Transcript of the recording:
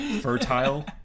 Fertile